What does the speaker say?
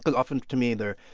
but often, to me, they're